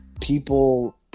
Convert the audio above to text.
people